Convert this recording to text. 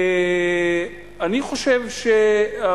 אני חייב להגיד לך,